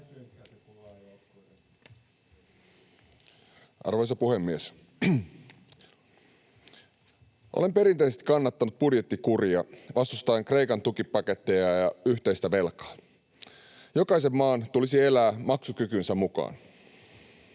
Arvoisa puhemies! Olen perinteisesti kannattanut budjettikuria vastustaen Kreikan tukipaketteja ja yhteistä velkaa. Jokaisen maan tulisi elää maksukykynsä mukaan,